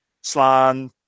slan